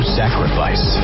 sacrifice